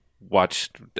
watched